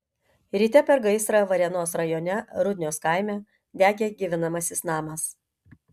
ryte per gaisrą varėnos rajone rudnios kaime degė gyvenamasis namas